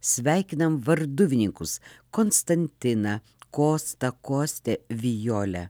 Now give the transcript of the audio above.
sveikinam varduvininkus konstantiną kostą kostę violę